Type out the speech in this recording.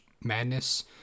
Madness